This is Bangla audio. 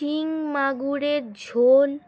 শিং মাগুরের ঝোল